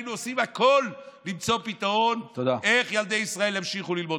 היינו עושים הכול למצוא פתרון איך ילדי ישראל ימשיכו ללמוד.